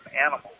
animals